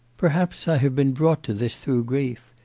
perhaps i have been brought to this through grief.